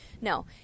no